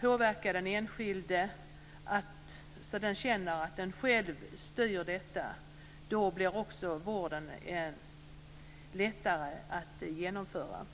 påverka den enskilde så att denne känner sig själv kunna styra detta blir vården också lättare att genomföra.